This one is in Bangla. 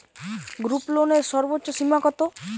গ্রুপলোনের সর্বোচ্চ সীমা কত?